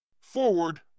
Forward